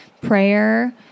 prayer